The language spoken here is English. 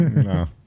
No